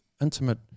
intimate